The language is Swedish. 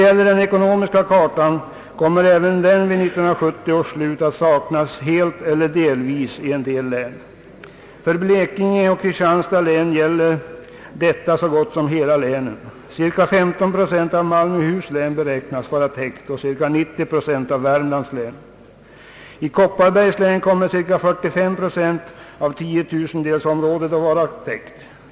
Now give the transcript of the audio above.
Även den ekonomiska kartan kommer vid 1970 års slut att saknas helt eller delvis i en hel del län. För Blekinge och Kristianstads län gäller detta så gott som hela länen. Cirka 15 procent av Malmöhus län beräknas vara täckt och cirka 90 procent av Värmlands län. I Kopparbergs län kommer cirka 45 procent av 10 000-delsområdet att vara täckt.